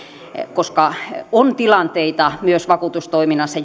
koska on tilanteita myös vakuutustoiminnassa